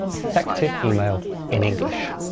effective email in english.